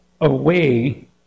away